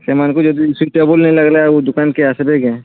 ସେମାନଙ୍କୁ ଯଦି ସୁଇଟେବୁଲ୍ ନେଇଁ ଲାଗ୍ଲେ ଆଉ ଦୁକାନ୍କେ ଆସ୍ବେ କେଁ